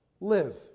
Live